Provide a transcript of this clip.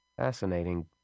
Fascinating